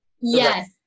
Yes